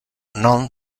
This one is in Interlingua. non